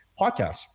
Podcast